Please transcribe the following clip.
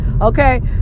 okay